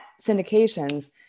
syndications